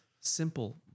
simple